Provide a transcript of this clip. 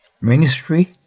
Ministry